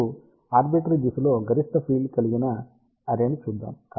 ఇప్పుడు ఆర్బిటరీ దిశలో గరిష్ట ఫీల్డ్ కలిగిన అర్రే ని చూద్దాం